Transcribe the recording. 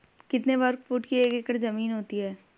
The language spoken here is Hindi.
कितने वर्ग फुट की एक एकड़ ज़मीन होती है?